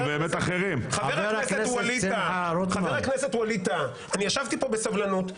חבר הכנסת ווליד טאהא, אני ישבתי פה בסבלנות.